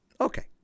Okay